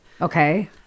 Okay